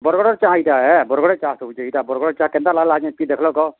ବରଗଡ଼ର ଚାହା ଏଇଟା ଏ ବରଗଡ଼ର ଚାହା ସବୁ ଯେ ଏଇଟା ବରଗଡ଼ ଚାହା କେନ୍ତା ଲାଗିଲା ଆଜ୍ଞା ପିଇ ଦେଖଲ୍ କହ